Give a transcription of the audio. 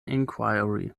inquiry